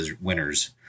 winners